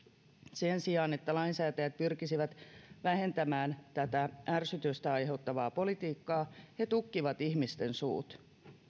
sen sijaan että lainsäätäjät pyrkisivät vähentämään tätä ärsytystä aiheuttavaa politiikkaa he tukkivat ihmisten suut